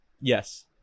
Yes